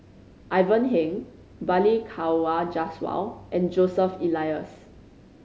Ivan Heng Balli Kaur Jaswal and Joseph Elias